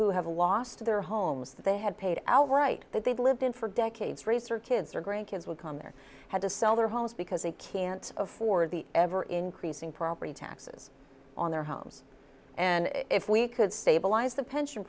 have lost their homes that they had paid outright that they've lived in for decades research kids or grandkids will come there had to sell their homes because they can't afford the ever increasing property taxes on their homes and if we could stabilize the pension